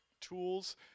tools